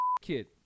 kid